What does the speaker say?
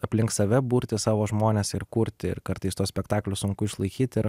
aplink save burti savo žmones ir kurti ir kartais tuos spektaklius sunku išlaikyt ir